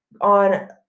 on